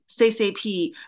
CCP